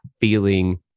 feeling